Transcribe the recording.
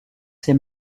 ses